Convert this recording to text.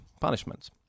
punishments